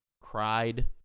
cried